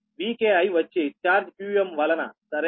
Vki వచ్చి charge qm వలన సరేనా